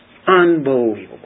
Unbelievable